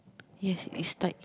yes it's tight